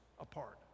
apart